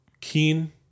Keen